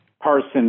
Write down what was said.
person